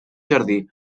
jardí